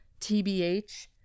TBH